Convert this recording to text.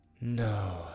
No